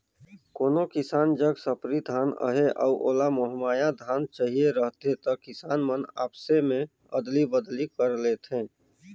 कोनो किसान जग सफरी धान अहे अउ ओला महमाया धान चहिए रहथे त किसान मन आपसे में अदली बदली कर लेथे